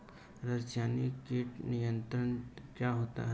रसायनिक कीट नियंत्रण क्या होता है?